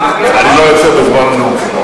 אני לא יוצא בזמן הנאום שלך.